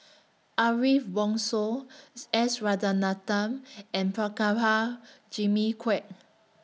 Ariff Bongso S Rajaratnam and Jimmy Quek